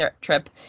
trip